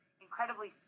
incredibly